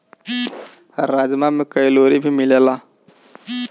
राजमा में कैलोरी भी मिलेला